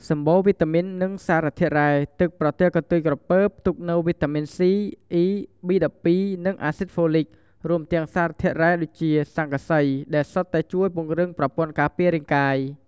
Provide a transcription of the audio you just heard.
សម្បូរវីតាមីន និងសារធាតុរ៉ែ ទឹកប្រទាលកន្ទុយក្រពើផ្ទុកនូវវីតាមីន C, E, B12 និងអាស៊ីតហ្វូលិក រួមទាំងសារធាតុរ៉ែដូចជា ស័ង្កសី ដែលសុទ្ធតែជួយពង្រឹងប្រព័ន្ធការពាររាងកាយ។